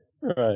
Right